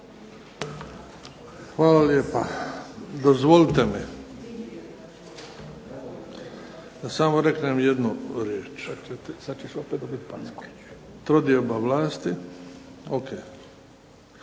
Hvala lijepa. Dozvolite mi da samo reknem samo jednu riječ. Trodioba vlasti o.k.